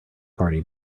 party